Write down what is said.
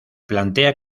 plantea